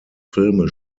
filme